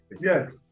Yes